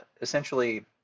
essentially